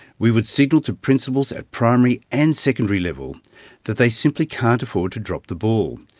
we would signal to principals at primary and secondary level that they simply can't afford to drop the ball.